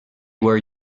where